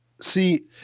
See